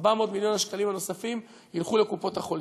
400 מיליון השקלים הנוספים ילכו לקופות-החולים.